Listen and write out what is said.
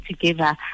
together